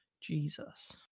Jesus